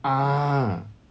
ah